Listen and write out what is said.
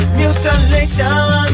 mutilation